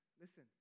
listen